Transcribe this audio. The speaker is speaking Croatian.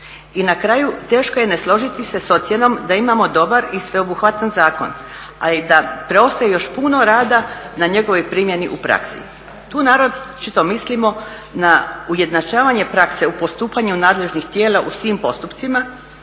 I na kraju teško je ne složiti se s ocjenom da imamo dobar i sveobuhvatan zakon, a i da predstoji još puno rada na njegovoj primjeni u praksi. Tu naročito mislimo na ujednačavanje prakse u postupanju nadležnih tijela u svim postupcima